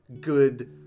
good